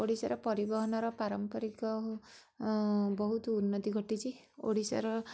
ଓଡ଼ିଶାର ପରିବହନର ପାରମ୍ପରିକ ବହୁତ ଉନ୍ନତି ଘଟିଛି ଓଡ଼ିଶାର